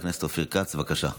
אופיר כץ, בבקשה.